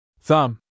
thumb